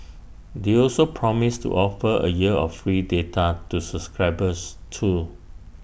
they also promised to offer A year of free data to subscribers too